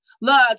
Look